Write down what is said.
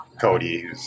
Cody